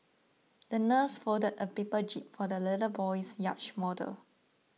the nurse folded a paper jib for the little boy's yacht model